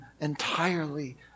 entirely